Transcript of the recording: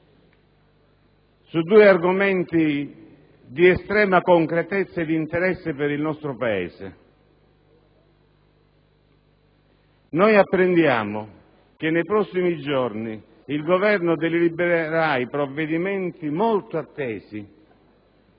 su due argomenti di estrema concretezza e di interesse per il nostro Paese. Apprendiamo che nei prossimi giorni il Governo delibererà i provvedimenti molto attesi